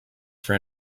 for